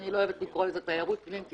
ואני לא אוהבת לקרוא לזה "תיירות פנים",